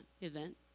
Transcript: event